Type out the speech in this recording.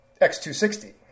X260